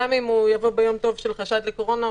גם אם הוא יבוא ביום טוב של חשד לקורונה,